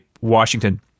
Washington –